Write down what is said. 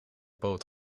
poot